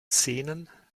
szenen